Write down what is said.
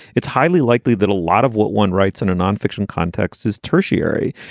it's highly likely that a lot of what one writes in a nonfiction context is tertiary,